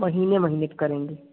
महीने महीने की करेंगे